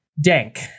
dank